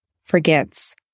forgets